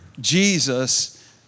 Jesus